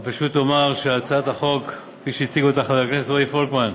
אני פשוט אומר שהצעת החוק כפי שהציג אותה רועי פולקמן,